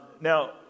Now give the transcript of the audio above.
Now